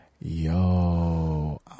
Yo